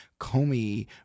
Comey